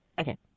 Okay